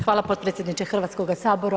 Hvala potpredsjedniče Hrvatskoga sabora.